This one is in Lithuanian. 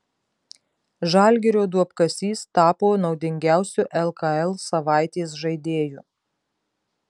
žalgirio duobkasys tapo naudingiausiu lkl savaitės žaidėju